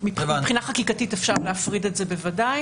מבחינה חקיקתית בוודאי שאפשר להפריד את זה.